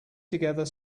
together